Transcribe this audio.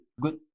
good